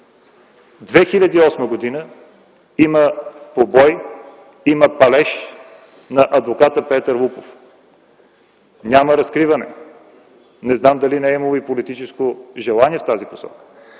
2008 г. има побой, палеж на адвоката Петър Вуков. Няма разкриване, не знам дали не е имало и политическо желание в тази посока.